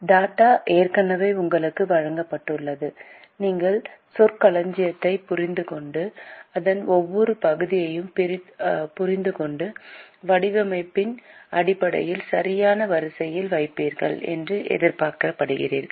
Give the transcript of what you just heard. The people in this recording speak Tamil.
டாட்டா ஏற்கனவே உங்களுக்கு வழங்கப்பட்டுள்ளது நீங்கள் சொற்களஞ்சியத்தைப் புரிந்துகொண்டு அதன் ஒவ்வொரு பகுதியையும் புரிந்துகொண்டு வடிவமைப்பின் அடிப்படையில் சரியான வரிசையில் வைப்பீர்கள் என்று எதிர்பார்க்கப்படுகிறீர்கள்